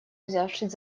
взявшись